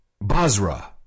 Basra